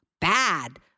bad